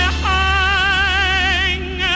hang